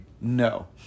No